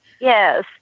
Yes